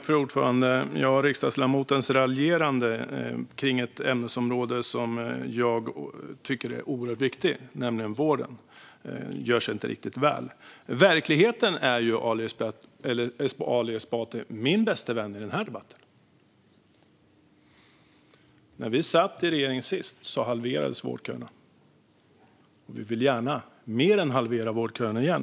Fru talman! Riksdagsledamotens raljerande om ett ämnesområde som jag tycker är oerhört viktigt, nämligen vården, gör sig inte riktigt väl. Verkligheten, Ali Esbati, är min bäste vän i den här debatten. När vi satt i regering sist halverades vårdköerna. Vi vill gärna mer än halvera vårdköerna igen.